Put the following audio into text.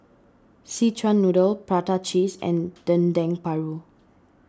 Szechuan Noodle Prata Cheese and Dendeng Paru